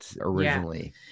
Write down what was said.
originally